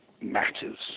matters